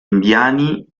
indiani